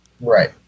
Right